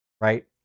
right